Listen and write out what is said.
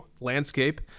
landscape